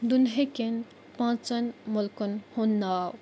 دُنہیٖکٮ۪ن پانٛژَن مٕلکَن ہُنٛد ناو